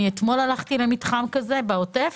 אתמול הלכתי למתחם כזה בעוטף,